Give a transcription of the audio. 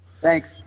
Thanks